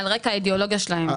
על רקע האידיאולוגיה שלהן.